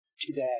today